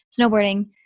Snowboarding